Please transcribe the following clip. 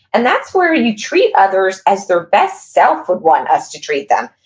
and that's where you treat others as they're best self would want us to treat them.